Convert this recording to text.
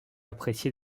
apprécié